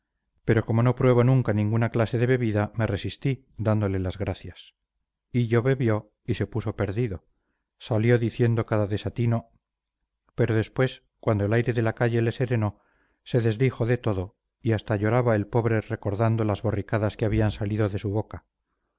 pero como no pruebo nunca ninguna clase de bebida me resistí dándole las gracias hillo bebió y se puso perdido salió diciendo cada desatino pero después cuando el aire de la calle le serenó se desdijo de todo y hasta lloraba el pobre recordando las borricadas que habían salido de su boca